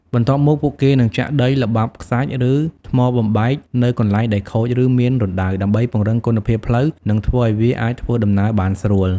បន្ទាប់មក ពួកគេនឹងចាក់ដី ល្បាប់ខ្សាច់ ឬថ្មបំបែកនៅកន្លែងដែលខូច ឬមានរណ្តៅ ដើម្បីពង្រឹងគុណភាពផ្លូវ និងធ្វើឱ្យវាអាចធ្វើដំណើរបានស្រួល។